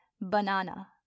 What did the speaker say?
banana